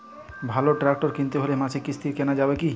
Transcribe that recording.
ভালো ট্রাক্টর কিনতে হলে মাসিক কিস্তিতে কেনা যাবে কি?